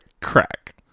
Crack